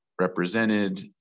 represented